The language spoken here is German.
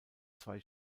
zwei